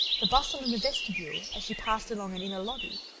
the bustle in the vestibule, as she passed along an inner lobby,